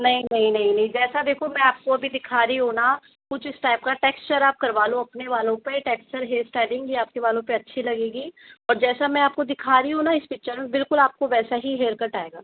नहीं नहीं नहीं नहीं जैसा देखो मैं आपको अभी दिखा रही हूँ ना कुछ इस टाइप का टेक्स्चर आप करवा लो अपने बालों पे टेक्स्चर हेयर स्टाइलिंग ही आपके बालों पे अच्छी लगेगी और जैसा मैं आपको दिखा रही हूँ ना इस पिक्चर में बिलकुल आपको ऐसा ही हेयर कट आएगा